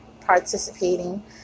participating